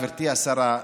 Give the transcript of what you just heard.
גברתי השרה,